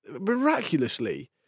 miraculously